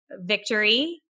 victory